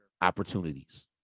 opportunities